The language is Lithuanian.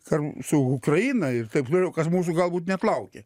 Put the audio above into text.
kar su ukraina ir taip toliau kas mūsų galbūt net laukia